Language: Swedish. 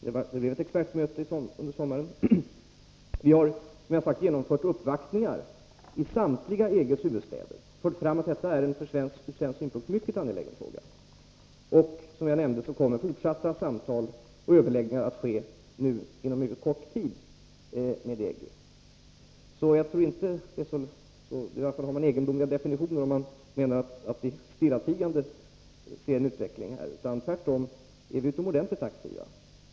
Vi har, som jag har sagt, genomfört uppvaktningar i samtliga EG-länders huvudstäder och då fört fram att detta är en ur svensk synvinkel mycket angelägen fråga. Som jag nämnde kommer fortsatta samtal och överläggningar med EG att äga rum inom en mycket nära framtid. Man har en egendomlig definition av ordet stillatigande om man menar att vi stillatigande har åsett den här utvecklingen. Vi är tvärtom utomordentligt aktiva.